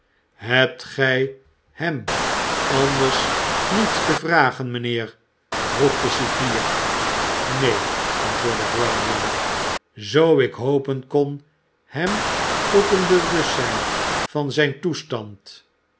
hebt gij hem anders niets te vragen mijnheer vroeg de cipier neen antwoordde brownlow zoo ik hopen kon hem tot een bewustzijn van zijn toestand